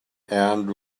and